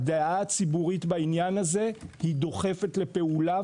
הדעה הציבורית בעניין הזה דוחפת לפעולה,